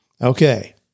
Okay